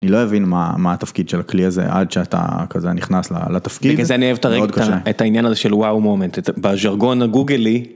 אני לא אבין מה התפקיד של הכלי הזה עד שאתה כזה נכנס לתפקיד זה אני אוהב את העניין הזה של וואו מומנט בז'רגון גוגלי.